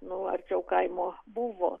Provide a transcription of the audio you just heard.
nu arčiau kaimo buvo